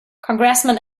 congressman